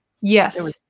yes